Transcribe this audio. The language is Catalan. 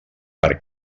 per